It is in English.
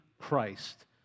Christ